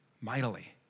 mightily